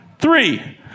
three